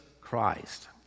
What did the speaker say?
Christ